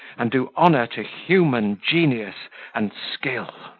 and do honour to human genius and skill.